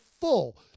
full